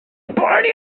party